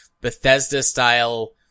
Bethesda-style